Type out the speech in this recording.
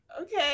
okay